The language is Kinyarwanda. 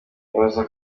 yemeza